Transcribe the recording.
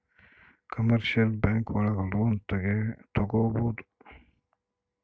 commercial bank ಒಳಗ loan ತಗೊಬೋದು